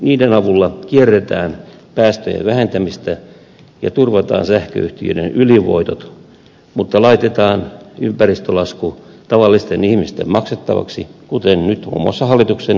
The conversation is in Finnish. niiden avulla kierretään päästöjen vähentämistä ja turvataan sähköyhtiöiden ylivoitot mutta laitetaan ympäristölasku tavallisten ihmisten maksettavaksi kuten nyt muun muassa hallituksen energiaveroratkaisussa tehdään